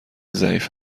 ضعیف